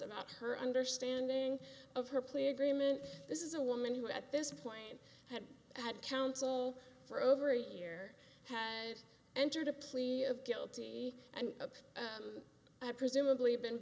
up her understanding of her plea agreement this is a woman who at this point had had counsel for over a year had entered a plea of guilty and had presumably b